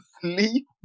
sleep